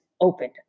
opened